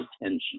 attention